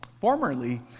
Formerly